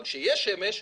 אבל כשיש שמש,